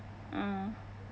ah